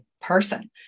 person